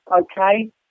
okay